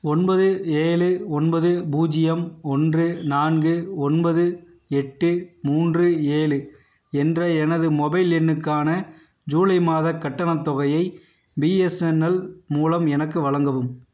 ஒன்பது ஏழு ஒன்பது பூஜ்யம் ஒன்று நான்கு ஒன்பது எட்டு மூன்று ஏழு என்ற எனது மொபைல் எண்ணுக்கான ஜூலை மாதக் கட்டணத் தொகையை பிஎஸ்என்எல் மூலம் எனக்கு வழங்கவும்